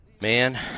Man